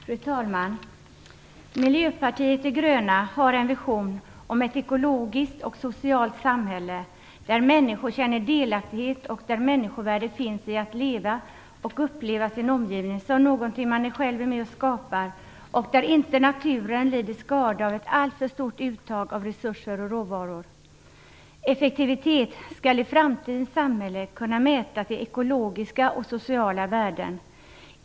Fru talman! Miljöpartiet de gröna har en vision om ett ekologiskt och social samhälle där människor känner delaktighet och där människovärdet finns i att leva och uppleva sin omgivning som någonting man själv är med och skapar och där inte naturen lider skada av ett alltför stort uttag av resurser och råvaror. Effektivitet skall i framtidens samhälle kunna mätas i ekologiska och sociala värden.